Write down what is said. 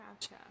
gotcha